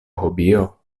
hobio